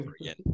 again